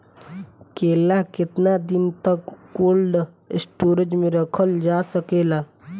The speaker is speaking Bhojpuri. केला केतना दिन तक कोल्ड स्टोरेज में रखल जा सकेला?